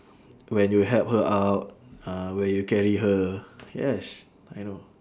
when you help her out uh when you carry her yes I know